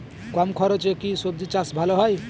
কম খরচে কি সবজি চাষ ভালো হয়?